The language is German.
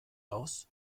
aus